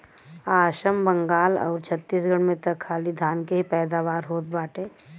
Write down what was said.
आसाम, बंगाल आउर छतीसगढ़ में त खाली धान के ही पैदावार होत बाटे